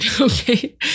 Okay